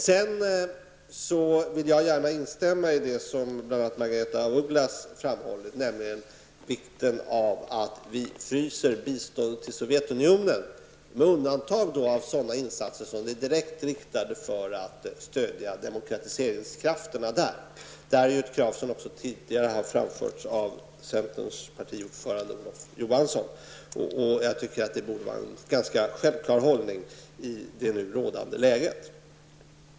Jag vill gärna instämma i det som bl.a. Margaretha af Ugglas framhåller, nämligen vikten av att vi fryser biståndet till Sovjetunionen, med undantag för sådana insatser som är direkt riktade mot att stödja demokratiseringskrafterna där. Detta är ett krav som också tidigare har framförts av centerpartiets partiordförande Olof Johansson. Jag anser att detta borde vara en ganska självklar hållning i det nu rådande läget.